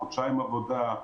חודשיים עבודה,